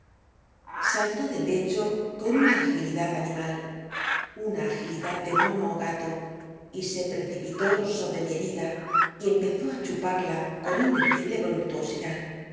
saltó del lecho con una agilidad animal una agilidad de mooo ó gato y se precipitó sobre mi herida y empezó á chuparla con indecible